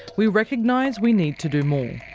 we recognise we need to do more.